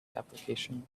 application